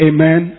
Amen